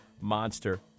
monster